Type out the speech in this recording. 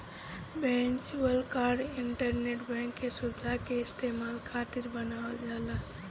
virtual card internet bank के सुविधा के इस्तेमाल खातिर बनावल जाला